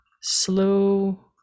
slow